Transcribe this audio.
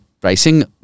pricing